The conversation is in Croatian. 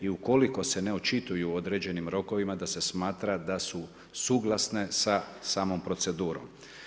I ukoliko se ne očituju u određenim rokovima, da se smatra da su suglasne sa samom procedurom.